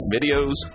Videos